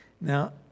Now